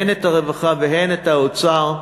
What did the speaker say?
הן את הרווחה והן את האוצר,